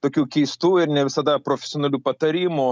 tokių keistų ir ne visada profesionalių patarimų